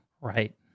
right